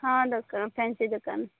ହଁ ଦୋକାନ ଫ୍ୟାନ୍ସି ଦୋକାନ